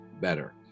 better